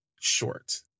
short